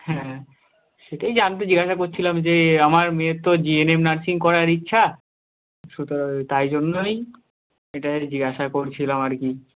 হ্যাঁ সেটাই জানতে জিজ্ঞাসা করছিলাম যে আমার মেয়ের তো জি এন এম নার্সিং করার ইচ্ছা তাই জন্যই এটা জিজ্ঞাসা করছিলাম আর কি